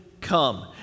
come